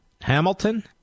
Hamilton